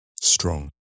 Strong